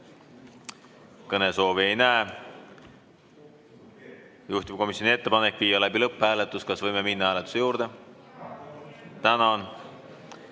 Kõnesoove ei näe. Juhtivkomisjoni ettepanek on viia läbi lõpphääletus. Kas võime minna hääletuse juurde? Tänan!